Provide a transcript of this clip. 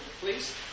please